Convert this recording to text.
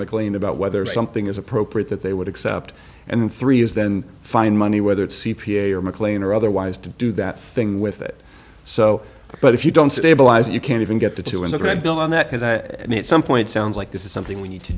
mclean about whether something is appropriate that they would accept and three is then find money whether it's c p a or mclean or otherwise to do that thing with it so but if you don't stabilize it you can't even get the two in the bill and that is i mean at some point sounds like this is something we need to